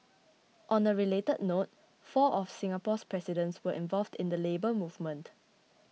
on a related note four of Singapore's presidents were involved in the Labour Movement